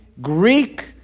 Greek